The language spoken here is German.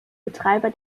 betreiber